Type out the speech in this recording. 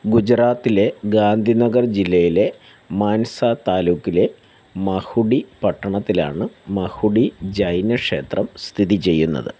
ഗുജറാത്തിലെ ഗാന്ധിനഗർ ജില്ലയിലെ മാൻസ താലൂക്കിലെ മഹുഡി പട്ടണത്തിലാണ് മഹുഡി ജൈന ക്ഷേത്രം സ്ഥിതി ചെയ്യുന്നത്